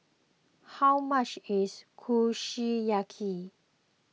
how much is Kushiyaki